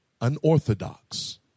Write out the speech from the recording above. unorthodox